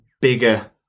bigger